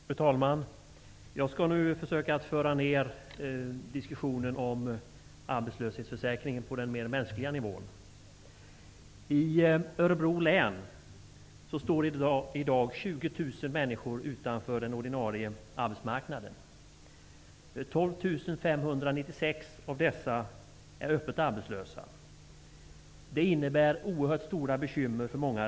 Fru talman! Jag skall nu försöka att föra ner diskussionen om arbetslöshetsförsäkringen till den mer mänskliga nivån. I Örbro län står i dag drygt 20 000 människor utanför den ordinarie arbetsmarknaden. 12 596 av dessa är öppet arbetslösa. Redan detta innebär oerhört stora bekymmer för många.